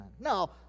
No